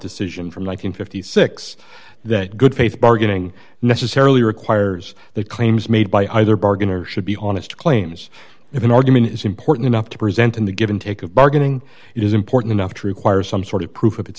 decision from one hundred and fifty six that good faith bargaining necessarily requires the claims made by either bargain or should be honest claims if an argument is important enough to present in the give and take of bargaining it is important enough to require some sort of proof of its